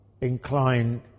inclined